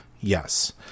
Yes